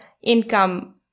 income